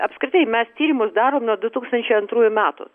apskritai mes tyrimus darom nuo du tūkstančiai antrųjų metų